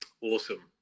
Awesome